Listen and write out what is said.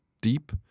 deep